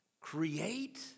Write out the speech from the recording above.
Create